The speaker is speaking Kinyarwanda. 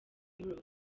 europe